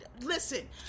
listen